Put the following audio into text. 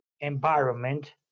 environment